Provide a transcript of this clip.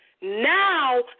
now